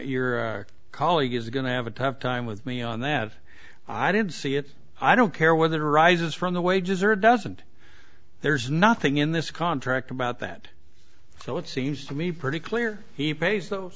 your colleague is going to have a tough time with me on that i did see it i don't care whether arises from the wages or doesn't there's nothing in this contract about that so it seems to me pretty clear he pays th